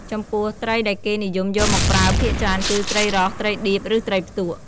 ចំពោះ ត្រីដែលគេនិយមយកមកប្រើភាគច្រើនគឺ ត្រីរ៉ស់ ត្រីដៀប ឬ ត្រីផ្ទក់។